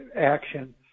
action